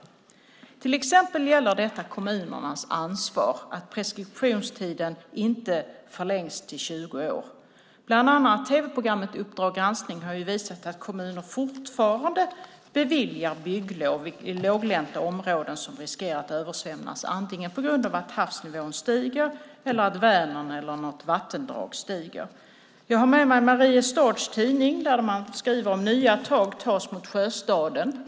Detta gäller till exempel kommunernas ansvar när det gäller att preskriptionstiden inte förlängs till 20 år. Bland annat tv-programmet Uppdrag granskning har visat att kommuner fortfarande beviljar bygglov i låglänta områden som riskerar att översvämmas antingen på grund av att havsnivån stiger eller att Vänern eller något vattendrag stiger. Jag har med mig Mariestads-Tidningen där man skriver om att nya tag tas mot Sjöstaden.